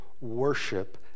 worship